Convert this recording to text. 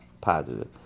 positive